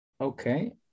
Okay